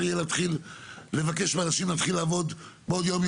יהיה להתחיל לבקש מאנשים להתחיל לעבוד בעוד יום,